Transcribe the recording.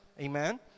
amen